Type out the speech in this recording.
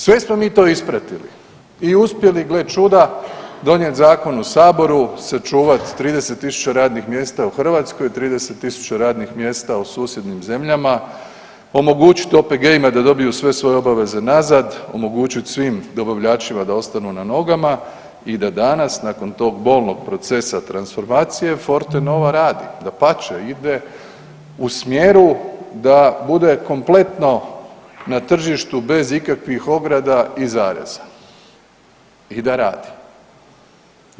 Sve smo mi to ispratili i uspjeli gle čuda donijeti Zakon u Saboru, sačuvati 30 tisuća radnih mjesta u Hrvatskoj, 30 tisuća radnih mjesta u susjednim zemljama, omogućit OPG-ima da dobiju sve svoje obaveze nazad, omogućit svim dobavljačima da ostanu na nogama i da danas nakon tog bolnog procesa transformacije forte nova radi, dapače, ide u smjeru da bude kompletno na tržištu bez ikakvih ograda i zareza, i da radi.